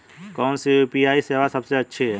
कौन सी यू.पी.आई सेवा सबसे अच्छी है?